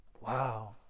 Wow